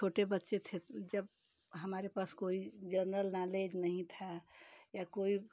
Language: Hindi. छोटे बच्चे थे जब हमारे पास कोई जेनरल नॉलेज नहीं था या कोई